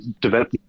develop